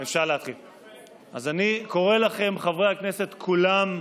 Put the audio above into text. אז אני קורא לכם, חברי הכנסת כולם,